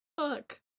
fuck